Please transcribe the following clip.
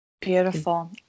Beautiful